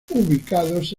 ubicados